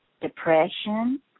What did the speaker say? depression